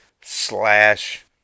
slash